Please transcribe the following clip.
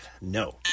No